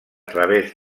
través